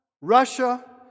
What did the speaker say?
Russia